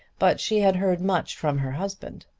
but she had heard much from her husband.